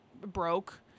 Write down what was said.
broke